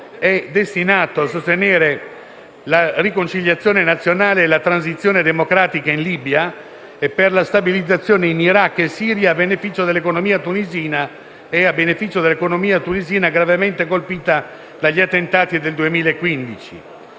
è destinato a sostenere la riconciliazione nazionale e la transizione democratica in Libia e per la stabilizzazione in Iraq e Siria e a beneficio dell'economia tunisina gravemente colpita dagli attentati del 2015.